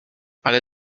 ale